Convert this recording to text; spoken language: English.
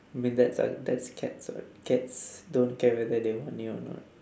I mean that's all that's cats [what] cats don't care whether they want you or not